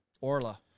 Orla